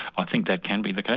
i think that can be the case.